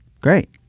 Great